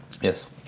Yes